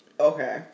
Okay